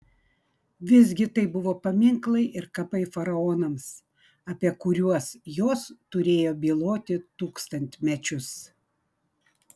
visgi tai buvo paminklai ir kapai faraonams apie kuriuos jos turėjo byloti tūkstantmečius